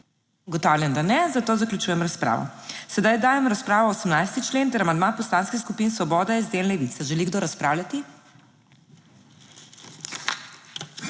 Ugotavljam, da ne, zato zaključujem razpravo. Sedaj dajem v razpravo o 18. člen ter amandma poslanskih skupin Svoboda, SD in Levica. Želi kdo razpravljati?